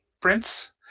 prince